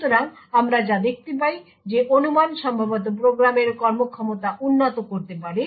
সুতরাং আমরা যা দেখতে পাই যে অনুমান সম্ভবত প্রোগ্রামের কর্মক্ষমতা উন্নত করতে পারে